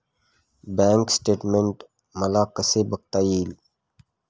Bank statement मला कसे बघता येईल?